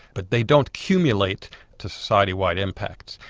but they don't accumulate to society-wide impacts.